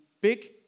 big